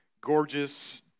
gorgeous